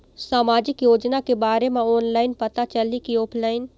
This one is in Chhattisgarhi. सामाजिक योजना के बारे मा ऑनलाइन पता चलही की ऑफलाइन?